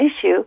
issue